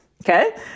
Okay